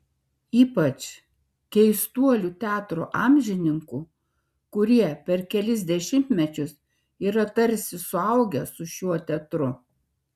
ypač keistuolių teatro amžininkų kurie per kelis dešimtmečius yra tarsi suaugę su šiuo teatru